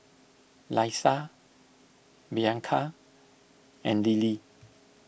Leisa Bianca and Lilly